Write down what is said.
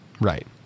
right